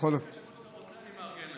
איזה כשרות שאתה רוצה אני מארגן לך.